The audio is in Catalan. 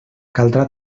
caldrà